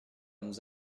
nous